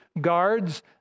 guards